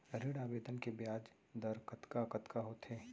ऋण आवेदन के ब्याज दर कतका कतका होथे?